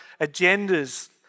agendas